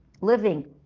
living